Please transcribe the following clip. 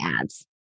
ads